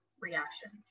reactions